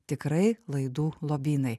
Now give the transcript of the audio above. tikrai laidų lobynai